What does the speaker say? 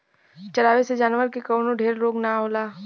चरावे से जानवर के कवनो ढेर रोग ना होला